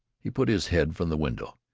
he put his head from the window.